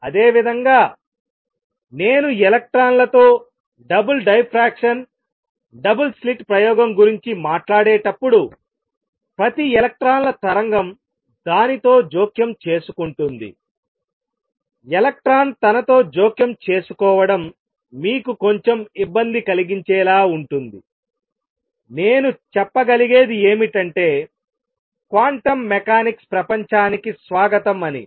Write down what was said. అదేవిధంగా నేను ఎలక్ట్రాన్లతో డబుల్ డైఫ్రాక్షన్ డబుల్ స్లిట్ ప్రయోగం గురించి మాట్లాడేటప్పుడు ప్రతి ఎలక్ట్రాన్ల తరంగం దానితో జోక్యం చేసుకుంటుందిఎలక్ట్రాన్ తనతో జోక్యం చేసుకోవడం మీకు కొంచెం ఇబ్బంది కలిగించేలా ఉంటుందినేను చెప్పగలిగేది ఏమిటంటేక్వాంటం మెకానిక్స్ ప్రపంచానికి స్వాగతం అని